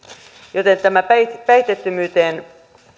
joten tämä päihteettömyyteen